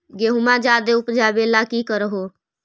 गेहुमा ज्यादा उपजाबे ला की कर हो?